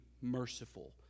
merciful